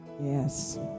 Yes